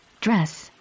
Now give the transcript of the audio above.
dress